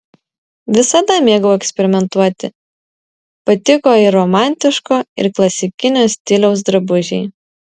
visada mėgau eksperimentuoti patiko ir romantiško ir klasikinio stiliaus drabužiai